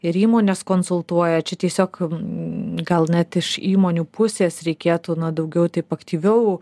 ir įmones konsultuoja čia tiesiog gal net iš įmonių pusės reikėtų na daugiau taip aktyviau